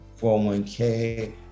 401k